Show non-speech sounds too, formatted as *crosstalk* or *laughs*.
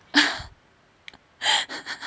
*coughs* *laughs*